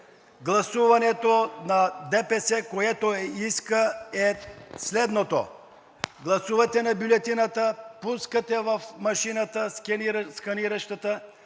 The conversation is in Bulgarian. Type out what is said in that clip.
гласуването на ДПС, което иска, е следното: гласувате на бюлетината, пускате в сканиращата